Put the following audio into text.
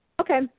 Okay